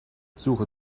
suche